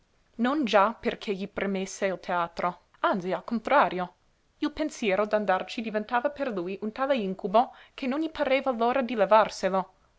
non già perché gli premesse il teatro anzi al contrario il pensiero d'andarci diventava per lui un tale incubo che non gli pareva l'ora di levarselo